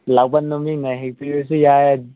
ꯂꯥꯛꯄ ꯅꯨꯃꯤꯠꯇ ꯍꯦꯛꯄꯤꯔꯁꯨ ꯌꯥꯏ